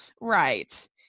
right